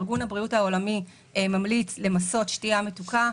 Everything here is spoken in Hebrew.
ארגון הבריאות העולמי ממליץ למסות שתייה מתוקה.